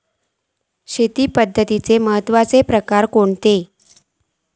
शेती पद्धतीचे महत्वाचे प्रकार खयचे आसत?